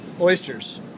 oysters